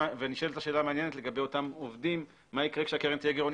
ונשאלת השאלה המעניינת מה יקרה עם אותם עובדים כשהקרן תהיה גרעונית,